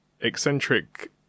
eccentric